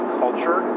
culture